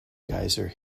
geyser